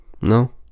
No